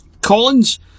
Collins